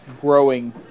growing